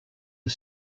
are